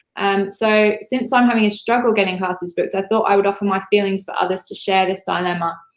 and so since i'm having a struggle getting classes booked, i thought i would offer my feelings for others to share this dilemma.